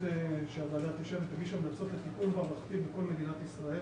שהוועדה תשב ותגיש המלצות לטיפול מערכתי בכל מדינת ישראל